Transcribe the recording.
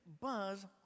buzz